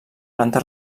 planta